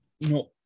no